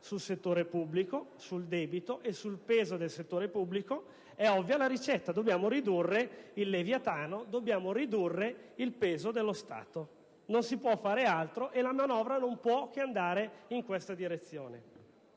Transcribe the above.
sul settore pubblico, sul debito e sul peso del settore pubblico, per cui occorre ridurre il Leviatano: dobbiamo ridurre il peso dello Stato, non si può fare altro, e la manovra non può che andare in questa direzione.